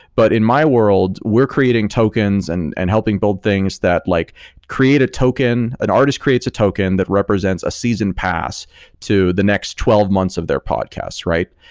but in my world, we're creating tokens and and helping build things that like create a token, an artist creates a token that represents a season pass to the next twelve months of their podcast, right?